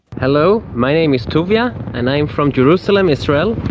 hello, my name is tuvia, and i am from jerusalem, israel.